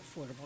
Affordable